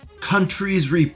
countries